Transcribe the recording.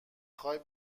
خوای